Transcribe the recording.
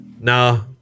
No